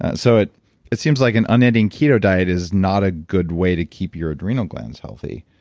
and so it it seems like an unending keto diet is not a good way to keep your adrenal glands healthy.